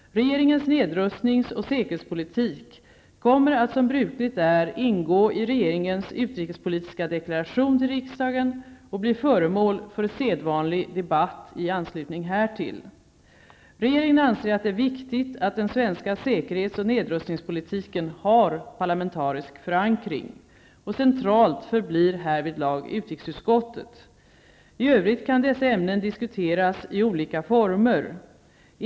Regeringens nedrustningsoch säkerhetspolitik kommer att som brukligt är ingå i regeringens utrikespolitiska deklaration till riksdagen och bli föremål för sedvanlig debatt i anslutning härtill. Regeringen anser att det är viktigt att den svenska säkerhets och nedrustningspolitiken har parlamentarisk förankring. Centralt förblir härvidlag utrikesutskottet. I övrigt kan dessa ämnen diskuteras i olika former.